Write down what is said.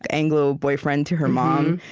anglo boyfriend to her mom,